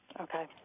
Okay